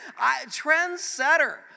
Trendsetter